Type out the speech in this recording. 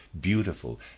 beautiful